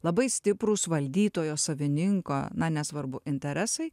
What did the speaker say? labai stiprūs valdytojo savininko na nesvarbu interesai